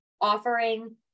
offering